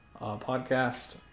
podcast